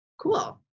cool